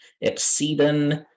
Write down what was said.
Exceeding